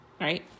right